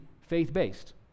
faith-based